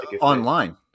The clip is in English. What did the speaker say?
online